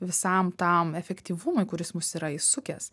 visam tam efektyvumui kuris mus yra įsukęs